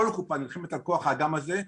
כל קופת חולים נלחמת על כוח האדם הזה,